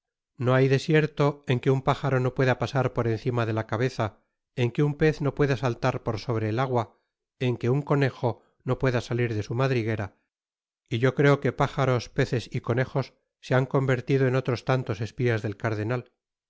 no hay desierto en que un pájaro no pueda pasar por encima de la cabeza en que un pez no pueda saltar por sobre el agua en que un conejo no pueda salir de su madriguera y yo creo que pájaros peces y conejos se han convertido en otros tantos espías del cardenal